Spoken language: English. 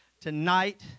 tonight